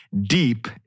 deep